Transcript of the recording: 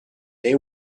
they